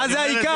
מה זה העיקר?